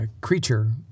creature